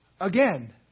again